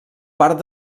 part